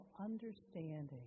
understanding